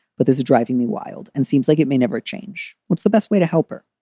but this is driving me wild and seems like it may never change. what's the best way to help her?